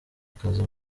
akazi